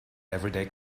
everyday